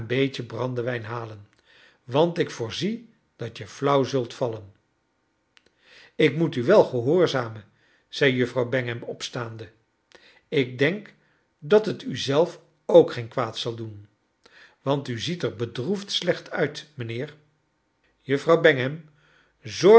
beetje brandewijn halen want ik voorzie dat je fiauw zult vallen ik moet u wel gehoorzanien zei juffrouw bangham opstaande ik denk dat t u zelf ook geen kwaad zal doen want u ziet er bedroefd slecht uit mijnheer juffrouw bangham zorg